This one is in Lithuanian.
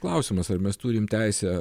klausimas ar mes turim teisę